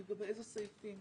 לגבי איזה סעיפים?